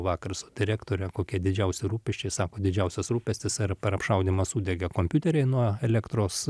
kalbėjau vakar su direktore kokie didžiausi rūpesčiai sako didžiausias rūpestis yra per apšaudymą sudegė kompiuteriai nuo elektros